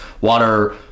water